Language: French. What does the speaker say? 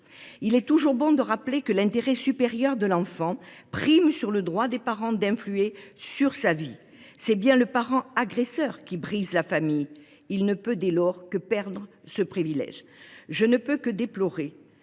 Il est toujours bon de rappeler que l’intérêt supérieur de l’enfant prime sur le droit des parents à influer sur sa vie. C’est bien le parent agresseur qui brise la famille ; il ne peut dès lors que perdre son privilège. Je ne peux que déplorer